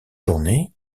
journée